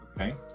Okay